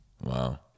Wow